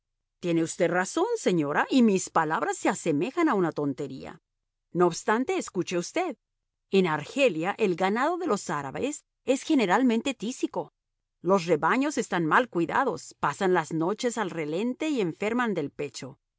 tiene usted razón señora y mis palabras se asemejan a una tontería no obstante escuche usted en argelia el ganado de los árabes es generalmente tísico los rebaños están mal cuidados pasan las noches al relente y enferman del pecho